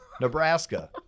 Nebraska